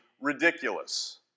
ridiculous